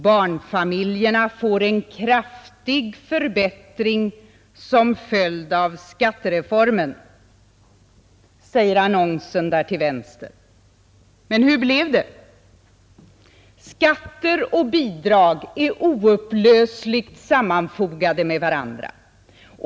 Barnfamiljerna får en kraftig förbättring som följd av skattereformen, säger annonsen. Men hur blev det? Skatter och bidrag är oupplösligt sammanfogade med varandra.